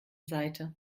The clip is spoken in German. seite